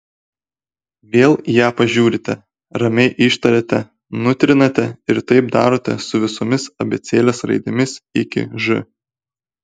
vėl į ją pažiūrite ramiai ištariate nutrinate ir taip darote su visomis abėcėlės raidėmis iki ž